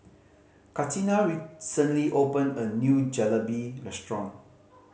Katina recently opened a new Jalebi Restaurant